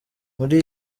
muri